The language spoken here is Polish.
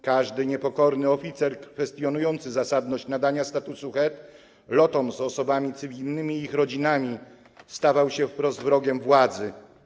Każdy niepokorny oficer kwestionujący zasadność nadania statusu HEAD lotom z osobami cywilnymi i ich rodzinami stawał się wprost wrogiem władzy.